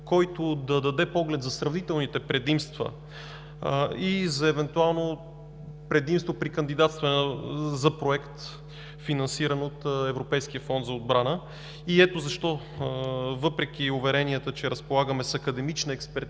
който да даде поглед за сравнителните предимства и за евентуално предимство при кандидатстване за проект, финансиран от Европейския фонд за отбрана. Ето защо, въпреки уверенията, че разполагаме с академична експертиза